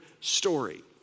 story